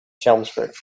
chelmsford